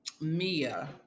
Mia